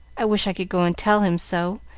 i wish i could go and tell him so,